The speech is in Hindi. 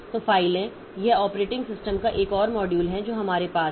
तो फाइलें यह ऑपरेटिंग सिस्टम का एक और मॉड्यूल है जो हमारे पास है